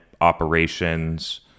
operations